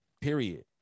Period